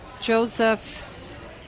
Joseph